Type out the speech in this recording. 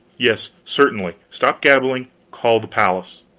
yes certainly. stop gabbling. call the palace.